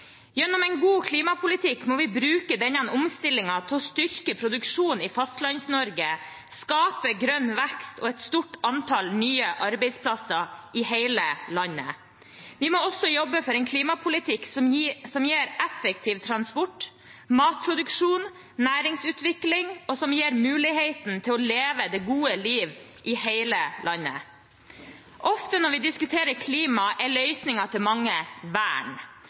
Gjennom en god klimapolitikk må vi bruke denne omstillingen til å styrke produksjonen i Fastlands-Norge, skape grønn vekst og et stort antall nye arbeidsplasser i hele landet. Vi må også jobbe for en klimapolitikk som gir effektiv transport, matproduksjon og næringsutvikling, og som gir mulighet til å leve det gode liv i hele landet. Ofte når vi diskuterer klima, er manges løsning vern.